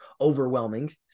overwhelming